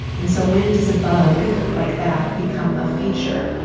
and so when does a bug like that become a feature?